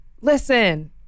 listen